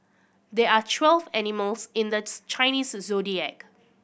there are twelve animals in the Chinese Zodiac